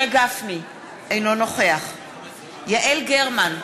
אינו נוכח יעל גרמן,